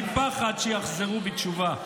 מפחד שיחזרו בתשובה.